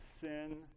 sin